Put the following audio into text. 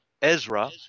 Ezra